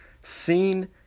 seen